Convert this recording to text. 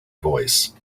voice